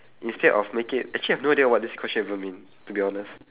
instead of making it actually I have no idea what this question even mean to be honest